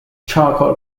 charcoal